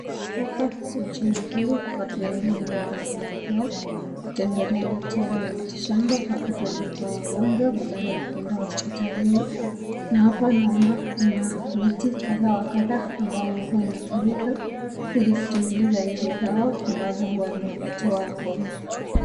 Hapa nchini Kenya watu wengine huwa wana pendelea kutembelea daktari wa miti shamba wakati wamekuwa wagonjwa badala ya kwenda hospitalini na hapa naona kuna miti kadhaa wa kadhaa ambayo huwa inatumika ili kutengeneza hizi dawa ambazo huwa zinapatiwa wagonjwa.